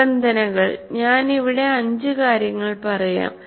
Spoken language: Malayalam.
നിബന്ധനകൾ ഞാൻ ഇവിടെ 5 കാര്യങ്ങൾ പറയാം